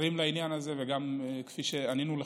ערים לעניין הזה, וגם, כפי שענינו לך,